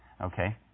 Okay